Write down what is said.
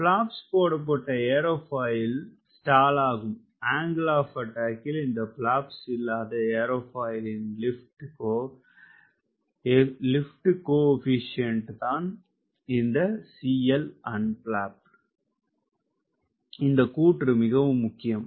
flaps போடப்பட்ட aerofoil ஸ்டாலாகும் angle of அட்டாக்கில் இந்த பிளாப்ஸ் இல்லாத ஏரோபாயிலின் லிப்ட் கோ எபிஸியன்ட் தான் இந்த unflapped இந்த கூற்று மிகவும் முக்கியம்